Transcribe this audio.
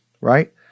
Right